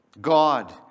God